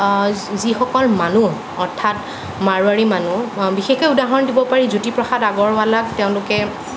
যিসকল মানুহ অৰ্থাৎ মাৰুৱাৰী মানুহ বিশেষকে উদাহৰণ দিব পাৰি জ্যোতিপ্ৰসাদ আগৰৱালাক তেওঁলোকে